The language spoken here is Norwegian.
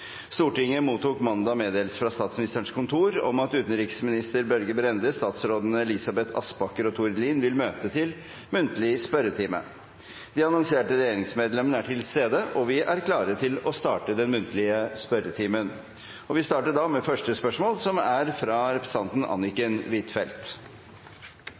Stortinget mottok mandag meddelelse fra Statsministerens kontor om at utenriksminister Børge Brende og statsrådene Elisabeth Aspaker og Tord Lien vil møte til muntlig spørretime. De annonserte regjeringsmedlemmene er til stede, og vi er klare til å starte den muntlige spørretimen. Vi starter med første spørsmål, som er fra representanten Anniken Huitfeldt.